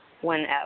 whenever